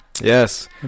Yes